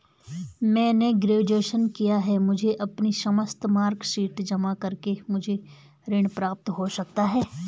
मैंने ग्रेजुएशन किया है मुझे अपनी समस्त मार्कशीट जमा करके मुझे ऋण प्राप्त हो सकता है?